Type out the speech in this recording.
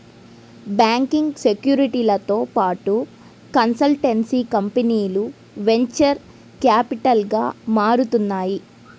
banking, సెక్యూరిటీలతో పాటు consultancy కంపెనీలు వెంచర్ క్యాపిటల్గా మారుతున్నాయి